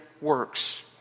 works